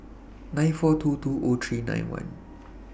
nine four two two O three nine one